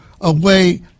away